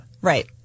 right